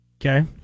Okay